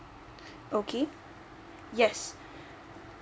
okay yes